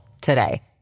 today